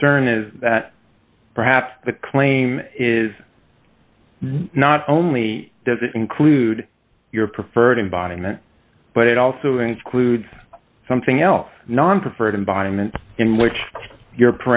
concern is that perhaps the claim is not only does it include your preferred embodiment but it also includes something else non preferred environment in which you